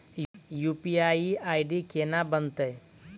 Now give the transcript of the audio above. UPI ID केना बनतै?